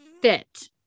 fit